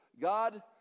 God